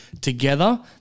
together